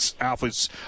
athletes